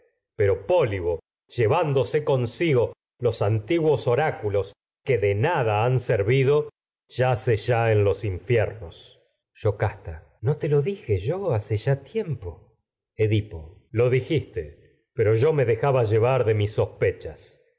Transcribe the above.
pero póliho llevándose go ya los antiguos oráculos que de nada han servido yace en los infiernos yocasta no te lo dije dijiste pero yo hace ya tiempo edipo lo yo me dejaba llevar de mis sospechas